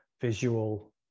visual